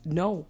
no